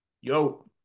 Yo